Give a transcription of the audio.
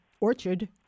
orchard